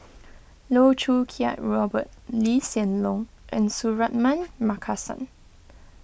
Loh Choo Kiat Robert Lee Hsien Loong and Suratman Markasan